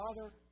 Father